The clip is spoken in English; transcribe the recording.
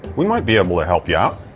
we might be able to help yeah